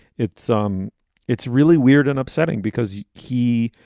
it's. um it's really weird and upsetting because he.